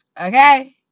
okay